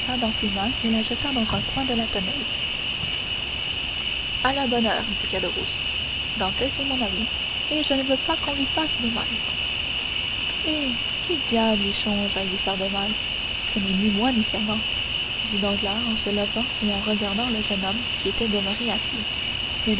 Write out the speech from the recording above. dans ses mains et la jeta dans un coin de la tonnelle à la bonne heure dit caderousse dantès est mon ami et je ne veux pas qu'on lui fasse de mal eh qui diable y songe à lui faire du mal ce n'est ni moi ni fernand dit danglars en se levant et en regardant le jeune homme qui était demeuré